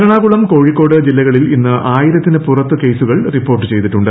എറണാകുളം കോഴിക്കോട് ജില്ലകളിൽ ഇന്ന് ആയിരത്തിന് പുറത്തു കേസുകൾ റിപ്പോർട്ട് ചെയ്തിട്ടുണ്ട്